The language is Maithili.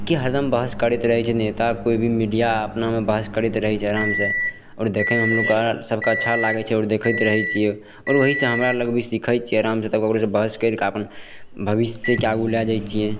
की हरदम बहस करैत रहय छै नेता कोइ भी मीडिया अपनामे बहस करैत रहय छै आरामसँ आओर देखयमे हमरोके सबके अच्छा लागय छै आओर देखैत रहय छियै आओर वहींसँ हमरा लग भी सीखय छियै आरामसँ तऽ ककरोसँ बहस करि कऽ अपन भविष्यके आगू लए जाइ छियै